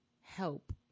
help